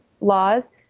laws